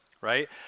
right